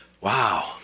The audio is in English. Wow